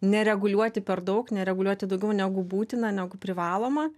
nereguliuoti per daug nereguliuoti daugiau negu būtina negu privaloma